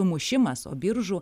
sumušimas o biržų